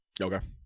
Okay